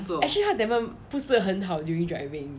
ya actually 他的 temper 不是很好 during driving